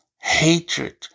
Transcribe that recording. hatred